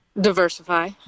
diversify